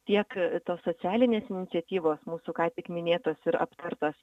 tiek tos socialinės iniciatyvos mūsų ką tik minėtos ir aptartos